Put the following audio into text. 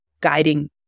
guiding